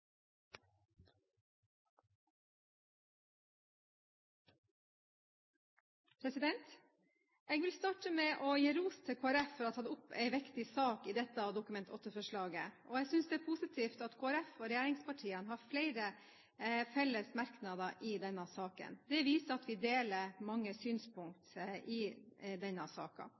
ideelle. Jeg vil starte med å gi ros til Kristelig Folkeparti for å ha tatt opp en viktig sak i dette Dokument 8-forslaget. Jeg synes det er positivt at Kristelig Folkeparti og regjeringspartiene har flere felles merknader i denne saken. Det viser at vi deler mange synspunkt i